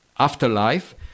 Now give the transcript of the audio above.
afterlife